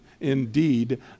indeed